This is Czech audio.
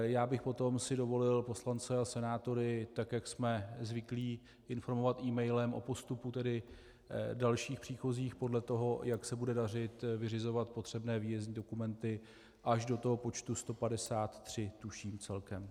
Já bych si potom dovolil poslance a senátory, tak jak jsme zvyklí, informovat emailem o postupu dalších příchozích podle toho, jak se bude dařit vyřizovat potřebné výjezdní dokumenty až do toho počtu 153, tuším, celkem.